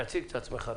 תציג את עצמך.